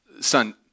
son